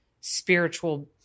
spiritual